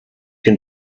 can